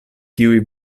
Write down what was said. kiuj